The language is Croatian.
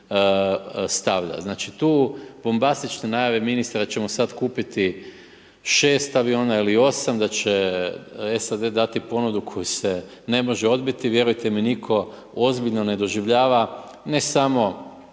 Znači tu bombastične najave ministra da ćemo sada kupiti 6 aviona ili 8, da će SAD dati ponudu koju se ne može odbiti, vjerujte mi nitko ozbiljno ne doživljava, ne samo